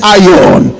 iron